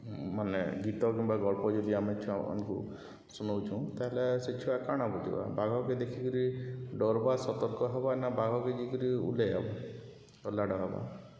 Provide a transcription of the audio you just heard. ମାନେ ଗୀତ କିମ୍ବା ଗଳ୍ପ ଯଦି ଆମେ ଛୁଆମାନ୍କୁ ଶୁଣଉଛୁଁ ତା'ହେଲେ ସେ ଛୁଆ କାଣା ବୁଝ୍ବା ବାଘକେ ଦେଖିକିରି ଡର୍ବା ସତର୍କ ହେବା ନା ବାଘକେ ଦେଖିକିରି ଉଲ୍ଲେଇ ହେବା ଲାଡ଼ ହେବା